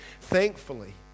thankfully